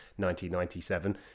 1997